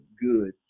good